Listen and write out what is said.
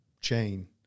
chain